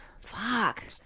Fuck